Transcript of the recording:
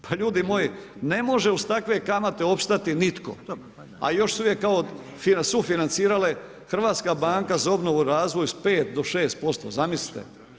Pa ljudi moji, ne može uz takve kamate opstati nitko, a još se uvijek kao sufinancirale Hrvatska banka za obnovu i razvoj s 5-6% zamislite.